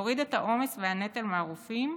שיוריד את העומס והנטל מהרופאים,